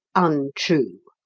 untrue.